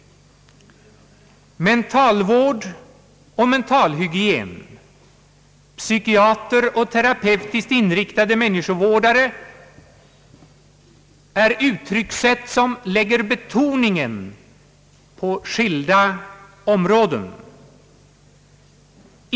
Mentalvård och mentalhygien, Psykiatrer och terapeutiskt inriktade människovårdare är uttryckssätt som lägger betoningen på skilda områden.